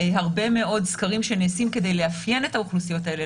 הרבה מאוד סקרים שנעשים כדי לאפיין את האוכלוסיות האלה,